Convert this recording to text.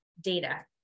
data